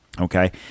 okay